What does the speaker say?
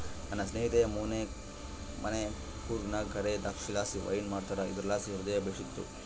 ನನ್ನ ಸ್ನೇಹಿತೆಯ ಮನೆ ಕೂರ್ಗ್ನಾಗ ಕರೇ ದ್ರಾಕ್ಷಿಲಾಸಿ ವೈನ್ ಮಾಡ್ತಾರ ಇದುರ್ಲಾಸಿ ಹೃದಯ ಬೇಶಿತ್ತು